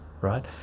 right